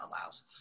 allows